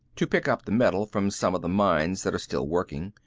to pick up the metal from some of the mines that are still working.